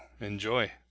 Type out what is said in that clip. enjoy